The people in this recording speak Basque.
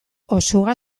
osuga